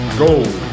gold